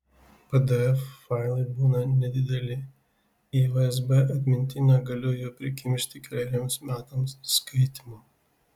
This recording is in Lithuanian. pdf failai būna nedideli į usb atmintinę galiu jų prikimšti keleriems metams skaitymo